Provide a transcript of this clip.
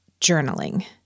journaling